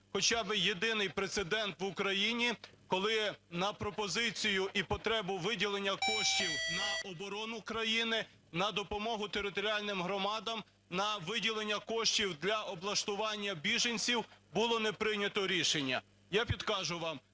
хоча би єдиний прецедент в Україні, коли на пропозицію і потребу виділення коштів на оборону країни, на допомогу територіальним громадам, на виділення коштів для облаштування біженців було не прийнято рішення? Я підкажу вам,